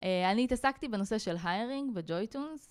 אני התעסקתי בנושא של היירינג וג'וי טונס.